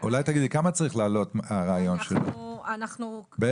אולי תגידי כמה צריך לעלות הרעיון שלו, בערך?